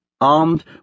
armed